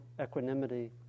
equanimity